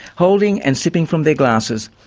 holding and sipping from their glasses.